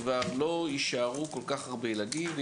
כבר לא יישארו כל כך הרבה ילדים שלא יודעים לשחות,